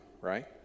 right